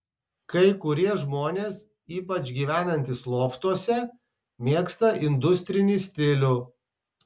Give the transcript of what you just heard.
kai kurie žmonės ypač gyvenantys loftuose mėgsta industrinį stilių